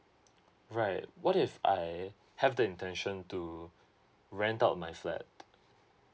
alright what if I have the intention to rent out my flat